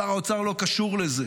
שר האוצר לא קשור לזה,